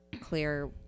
clear